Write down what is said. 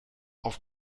auf